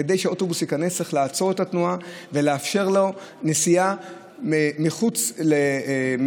כדי שאוטובוס ייכנס צריך לעצור את התנועה ולאפשר לו נסיעה מחוץ למותר,